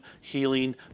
healing